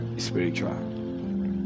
Spiritual